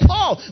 Paul